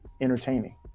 entertaining